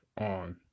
on